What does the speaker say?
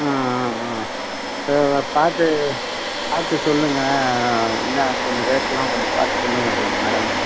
ஆ ஆ ஆ ஏ வே பார்த்து பார்த்து சொல்லுங்கள் என்னா கொஞ்சம் ரேட்லாம் கொஞ்சம் பார்த்து சொல்லுங்கள் கொஞ்சம் மேடம்